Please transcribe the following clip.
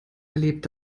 erlebt